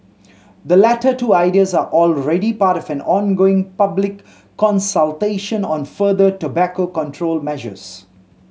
the latter two ideas are already part of an ongoing public consultation on further tobacco control measures